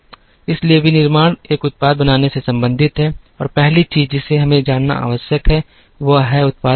इसलिए विनिर्माण एक उत्पाद बनाने से संबंधित है और पहली चीज जिसे हमें जानना आवश्यक है वह है उत्पाद की मांग